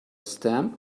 stamp